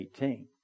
18